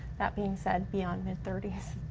that being said, beyond mid thirty s,